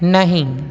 नहीं